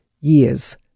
years